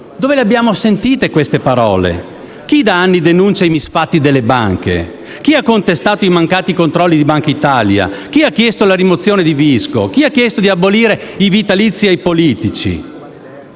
Dove le abbiamo sentite queste parole? Chi da anni denuncia i misfatti delle banche? Chi ha contestato i mancati controlli di Bankitalia? Chi ha chiesto la rimozione di Visco? Chi ha chiesto di abolire i vitalizi ai politici?